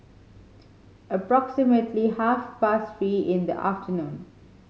approximately half past three in the afternoon